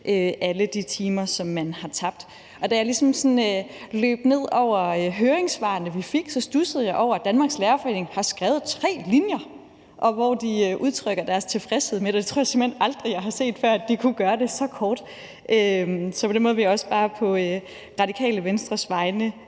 andre ordførere også har været inde på. Da jeg ligesom løb ned over høringssvarene, vi fik, studsede jeg over, at Danmarks Lærerforening har skrevet tre linjer, hvor de udtrykker deres tilfredshed med det. Det tror jeg simpelt hen aldrig at jeg har set før, altså at de kunne gøre det så kort. Så på den måde vil jeg også bare på Radikale Venstres vegne